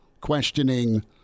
questioning